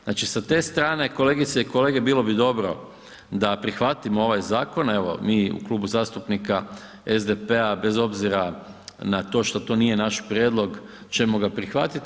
Znači, sa te strane kolegice i kolege bilo bi dobro da prihvatimo ovaj zakon, evo mi u Klubu zastupnika SDP-a bez obzira na to šta to nije naš prijedlog ćemo ga prihvatiti.